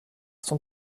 son